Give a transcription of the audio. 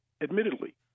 admittedly